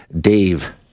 Dave